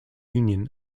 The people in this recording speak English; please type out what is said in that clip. union